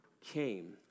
came